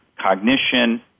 cognition